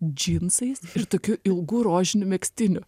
džinsais ir tokiu ilgu rožiniu megztiniu